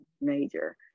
major